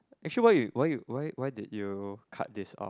actually why you why you why did you cut this off